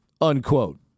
unquote